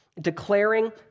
declaring